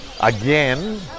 again